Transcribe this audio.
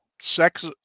sex